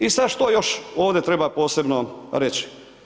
I sad što još ovdje treba posebno reći?